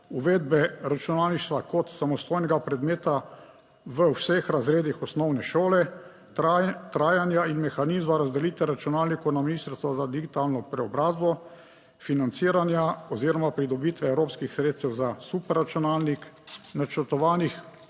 uvedbe računalništva kot samostojnega predmeta v vseh razredih osnovne šole, trajanja in mehanizma razdelitve računalnikov na Ministrstvo za digitalno preobrazbo, financiranja oziroma pridobitve evropskih sredstev za superračunalnik načrtovanih